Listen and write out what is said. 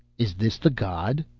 is this the god?